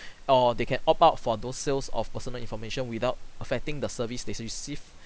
or they can opt-out for those sales of personal information without affecting the service they received